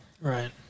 Right